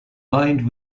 lined